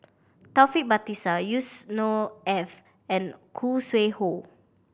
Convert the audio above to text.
Taufik Batisah Yusnor Ef and Khoo Sui Hoe